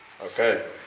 Okay